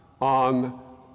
on